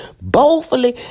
boldly